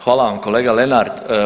Hvala vam kolega Lenart.